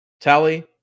Tally